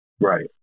Right